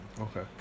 okay